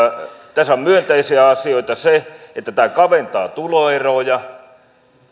tässä on myönteisiä asioita se että tämä kaventaa tuloeroja